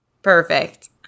Perfect